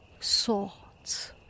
thoughts